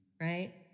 right